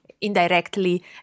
indirectly